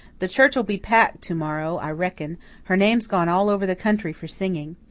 the church'll be packed to-morrow, i reckon her name's gone all over the country for singing.